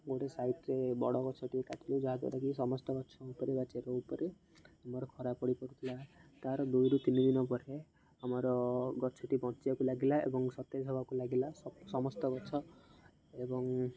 ଗୋଟେ ସାଇଡ଼୍ରେ ବଡ଼ ଗଛଟିଏ କାଟିଲୁ ଯାହା ଦ୍ୱାରାକିି ସମସ୍ତ ଗଛ ଉପରେ ବା ଚେର ଉପରେ ଆମର ଖରା ପଡ଼ିପାରୁଥିଲା ତା'ର ଦୁଇରୁ ତିନି ଦିନ ପରେ ଆମର ଗଛଟି ବଞ୍ଚିବାକୁ ଲାଗିଲା ଏବଂ ସତେଜ ହେବାକୁ ଲାଗିଲା ସମସ୍ତ ଗଛ ଏବଂ